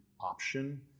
option